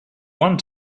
one